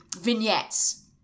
vignettes